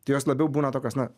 tai jos labiau būna tokios na